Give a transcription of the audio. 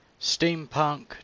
Steampunk